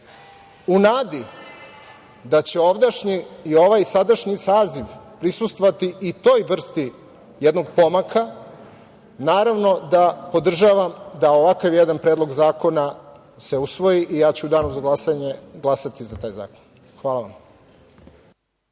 u nadi da će ovdašnji i ovaj sadašnji saziv prisustvovati i toj vrsti jednog pomaka, naravno da podržavam da ovakav jedan predlog zakona se usvoji i ja ću u danu za glasanje glasati za taj zakon. Hvala.